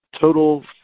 total